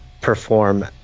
perform